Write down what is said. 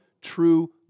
true